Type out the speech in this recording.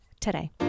today